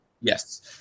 Yes